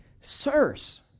sirs